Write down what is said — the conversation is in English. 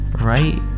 right